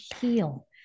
heal